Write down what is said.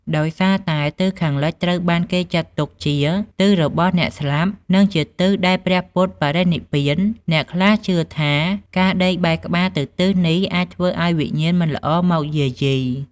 ដោយសារតែទិសខាងលិចត្រូវបានគេចាត់ទុកជា "ទិសរបស់អ្នកស្លាប់" និងជាទិសដែលព្រះពុទ្ធបរិនិព្វាន អ្នកខ្លះជឿថាការដេកបែរក្បាលទៅទិសនេះអាចធ្វើឱ្យវិញ្ញាណមិនល្អមកយាយី។